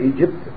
Egypt